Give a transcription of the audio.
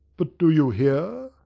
but do you hear?